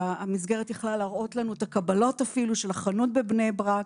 המסגרת יכלה להראות לנו את הקבלות של החנות בבני-ברק.